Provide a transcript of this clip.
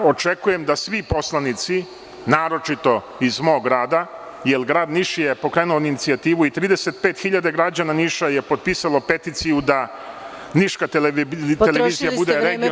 Očekujem da svi poslanici, naročito iz mog grada, jer grad Niš je pokrenuo inicijativu i 35 hiljada građana Niša je potpisalo peticiju da niška televizija bude regionalni…